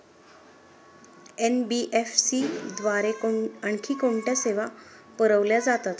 NBFC द्वारे आणखी कोणत्या सेवा पुरविल्या जातात?